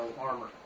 armor